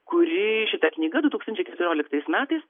kuri šita knyga du tūkstančiai keturioliktais metais